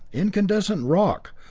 incandescent rock,